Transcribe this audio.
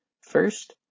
First